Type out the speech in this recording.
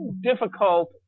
difficult